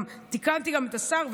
תיקנתי גם את השר,